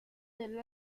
del